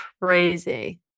crazy